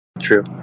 True